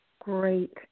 Great